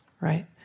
right